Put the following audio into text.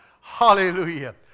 Hallelujah